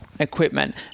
Equipment